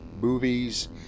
movies